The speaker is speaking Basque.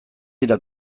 dira